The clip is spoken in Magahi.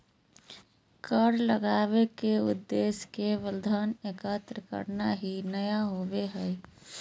कर लगावय के उद्देश्य केवल धन एकत्र करना ही नय होबो हइ